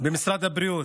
במשרד הבריאות.